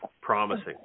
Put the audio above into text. promising